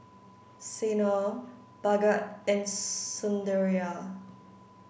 Sanal Bhagat and Sundaraiah